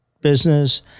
business